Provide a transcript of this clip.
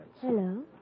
Hello